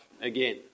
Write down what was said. again